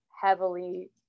heavily